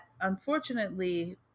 unfortunately